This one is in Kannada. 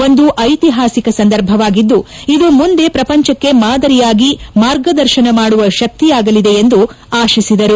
ಒಂದು ಐತಿಹಾಸಿಕ ಸಂದರ್ಭವಾಗಿದ್ದು ಇದು ಮುಂದೆ ಪ್ರಪಂಚಕ್ಕೆ ಮಾದರಿಯಾಗಿ ಮಾರ್ಗದರ್ಶನ ಮಾಡುವ ಶಕ್ತಿಯಾಗಲಿದೆ ಎಂದು ಬಸವರಾಜು ಆಶಿಸಿದರು